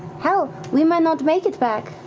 hell, we might not make it back,